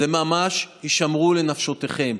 זה ממש הישמרו לנפשותיכם.